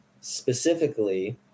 specifically